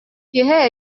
киэһэ